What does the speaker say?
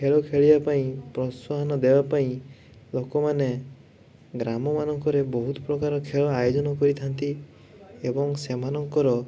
ଖେଳ ଖେଳିବା ପାଇଁ ପ୍ରୋତ୍ସାହନ ଦେବା ପାଇଁ ଲୋକମାନେ ଗ୍ରାମ ମାନଙ୍କରେ ବହୁତ ପ୍ରକାର ଖେଳ ଆୟୋଜନ କରିଥାନ୍ତି ଏବଂ ସେମାନଙ୍କର